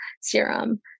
serum